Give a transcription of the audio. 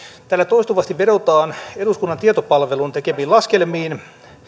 täällä toistuvasti vedotaan eduskunnan tietopalvelun tekemiin laskelmiin